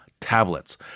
tablets